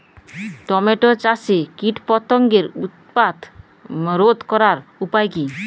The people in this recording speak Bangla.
টমেটো চাষে কীটপতঙ্গের উৎপাত রোধ করার উপায় কী?